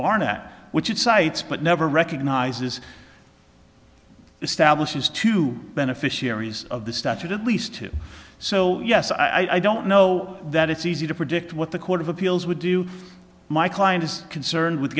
barnett which it cites but never recognizes establishes to beneficiaries of the statute at least two so yes i don't know that it's easy to predict what the court of appeals would do my client is concerned with